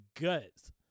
guts